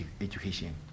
education